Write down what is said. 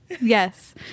Yes